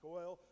oil